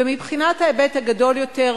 ומבחינת ההיבט הרחב יותר,